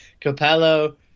Capello